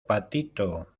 patito